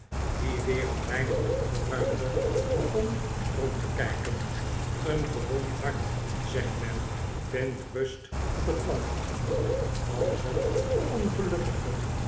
die weer een weinig opgeruimder begon rond te kijken een gewond hart zegt men vindt rust op het land al had de ongelukkige